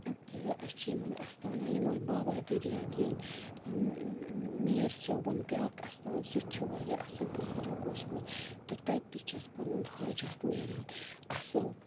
تہٕ أسۍ چھِ یِمن اَستانَن یِمن بابا دریا دیٖن میٖر صوبُن بیاکھ اَستان سُہ تہِ چھُ واریاہ بٕزَرٕگ اوسمُت تہٕ تَتہِ تہِ چھِ اسہِ پَنُن حاجات نیران اَصٕل